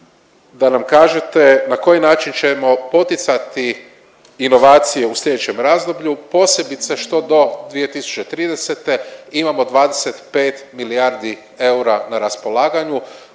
da nam kažete na koji način ćemo poticati inovacije u slijedećem razdoblju, posebice što do 2030. imamo 25 milijardi eura na raspolaganju,